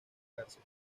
cárcel